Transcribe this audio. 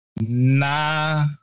Nah